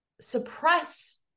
suppress